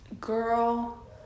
girl